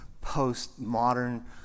post-modern